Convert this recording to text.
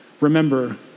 remember